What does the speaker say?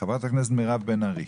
חברת הכנסת מירב בן ארי.